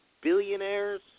Billionaires